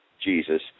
Jesus